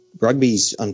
Rugby's